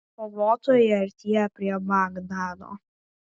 kovotojai artėja prie bagdado